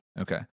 Okay